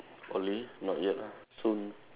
Poly not yet ah soon